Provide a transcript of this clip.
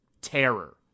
terror